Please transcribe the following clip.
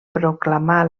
proclamar